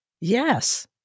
Yes